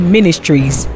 Ministries